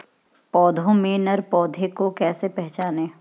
पौधों में नर पौधे को कैसे पहचानें?